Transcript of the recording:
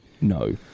no